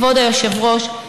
כבוד היושב-ראש,